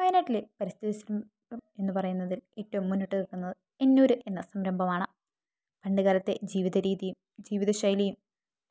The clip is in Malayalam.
വയനാട്ടിൽ പരിസ്ഥിതി എന്നു പറയുന്നത് ഏറ്റവും മുന്നിട്ട് നിൽക്കുന്നത് ഇൻഊരു എന്ന സംരംഭമാണ് പണ്ടുകാലത്തെ ജീവിത രീതിയും ജീവിത ശൈലിയും